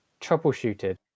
troubleshooted